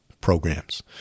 programs